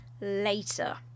later